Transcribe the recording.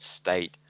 state